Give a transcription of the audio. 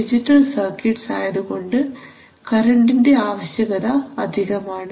digital circuits ആയതുകൊണ്ട് കറണ്ടിന്റെ ആവശ്യകത അധികമാണ്